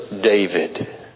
David